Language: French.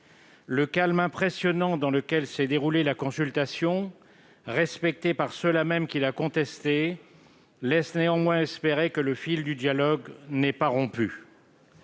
Le calme impressionnant dans lequel s'est déroulée la consultation, respectée par ceux-là mêmes qui la contestaient, laisse néanmoins espérer que le fil du dialogue n'est pas rompu.